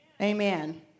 Amen